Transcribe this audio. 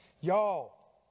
Y'all